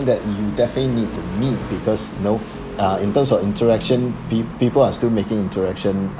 that you definitely need to meet because you know uh in terms of interaction peo~ people are still making interaction